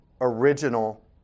original